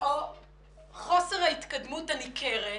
או חוסר ההתקדמות הניכרת